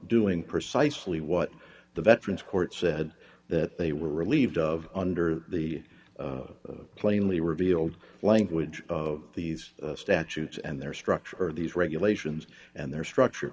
doing precisely what the veterans court said that they were relieved of under the plainly revealed language of these statutes and their structure these regulations and their structure